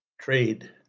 trade